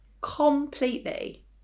completely